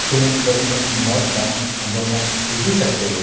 ᱥᱩᱢᱩᱝ ᱛᱮᱫᱚ ᱩᱱᱟᱹᱜ ᱢᱚᱡᱽ ᱵᱟᱝ ᱟᱸᱡᱚᱢᱚᱜ ᱤᱫᱤ ᱠᱟᱛᱮᱫ